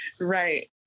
right